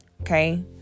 Okay